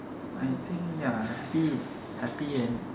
I think ya happy happy then